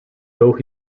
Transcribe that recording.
though